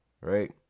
right